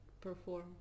perform